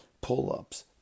pull-ups